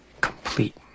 complete